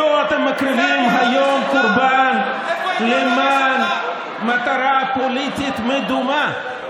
אותו אתם מקריבים היום קורבן למען מטרה פוליטית מדומה.